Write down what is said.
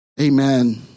Amen